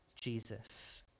Jesus